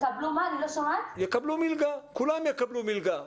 כולם יקבלו מלגה,